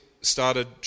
started